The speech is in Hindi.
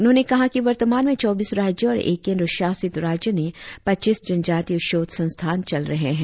उन्होंने कहा कि वर्तमान में चौबीस राज्यों और एक केंद्र शासित राज्य ने पच्चीस जनजातीय शोध संस्थान चल रहे है